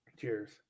Cheers